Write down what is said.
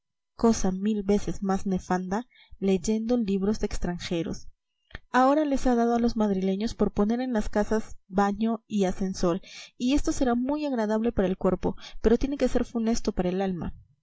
extranjeras y cosa mil veces más nefanda leyendo libros extranjeros ahora les ha dado a los madrileños por poner en las casas baño y ascensor y esto será muy agradable para el cuerpo pero tiene que ser funesto para el alma